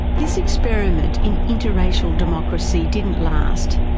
this experiment in inter-racial democracy didn't last,